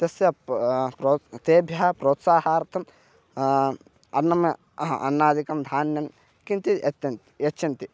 तस्य प् प्रो तेभ्यः प्रोत्साहार्थं अन्नम् अन्नादिकं धान्यं किञ्चिद् यच्छन्ति यच्छन्ति